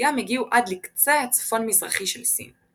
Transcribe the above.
ובשיאם הגיעו עד לקצה הצפון-מזרחי של סין.